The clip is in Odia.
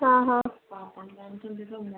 ହଁ ହଁ